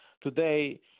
today